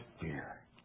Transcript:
fear